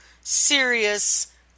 serious